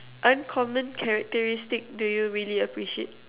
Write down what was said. uncommon characteristic do you really appreciate